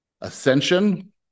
ascension